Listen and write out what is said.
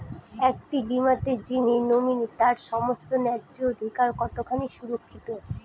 একটি বীমাতে যিনি নমিনি তার সমস্ত ন্যায্য অধিকার কতখানি সুরক্ষিত?